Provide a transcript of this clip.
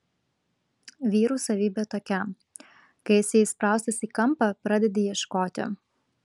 vyrų savybė tokia kai esi įspraustas į kampą pradedi ieškoti